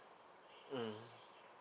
mm